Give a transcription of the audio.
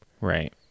Right